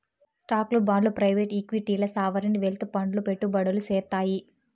స్టాక్లు, బాండ్లు ప్రైవేట్ ఈక్విటీల్ల సావరీన్ వెల్త్ ఫండ్లు పెట్టుబడులు సేత్తాయి